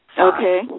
Okay